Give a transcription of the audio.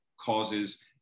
causes